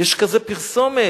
יש כזו פרסומת: